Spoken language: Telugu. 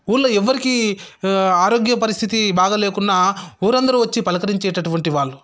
ఊళ్ళో ఎవ్వరికి ఆరోగ్య పరిస్థితి బాగా లేకున్నా ఊరందరూ వచ్చి పలకరించేటటువంటి వాళ్ళు